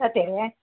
ಅದೇ